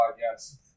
Yes